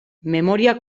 memoria